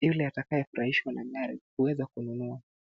yule atakayefurahishwa na gari, huweza kununua.